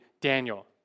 Daniel